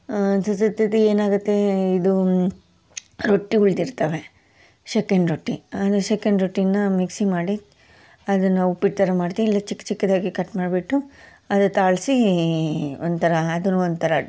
ಏನಾಗುತ್ತೆ ಇದು ರೊಟ್ಟಿ ಉಳಿದಿರ್ತವೆ ಶೆಕೆಂಡ್ ರೊಟ್ಟಿ ಅಂದರೆ ಸೆಕೆಂಡ್ ರೊಟ್ಟೀನ ಮಿಕ್ಸಿ ಮಾಡಿ ಅದನ್ನು ಉಪ್ಪಿಟ್ಟು ಥರ ಮಾಡ್ತೀವಿ ಇಲ್ಲ ಚಿಕ್ಕ ಚಿಕ್ಕದಾಗಿ ಕಟ್ ಮಾಡಿಬಿಟ್ಟು ಅದೇ ತಾಳಿಸಿ ಒಂಥರ ಅದನ್ನು ಒಂಥರ